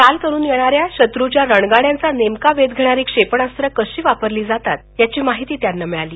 चाल करून येणाऱ्या शत्रूच्या रणगाड्यांचा नेमका वेध घेणारी क्षेपणास्त्र कशी वापरली जातात याची माहिती त्यांना मिळाली